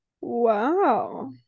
Wow